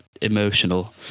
emotional